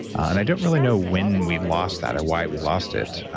and i don't really know when we lost that or why we lost it,